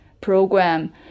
program